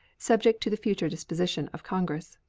subject to the future disposition of congress.